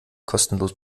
kostenlos